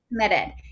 committed